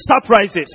surprises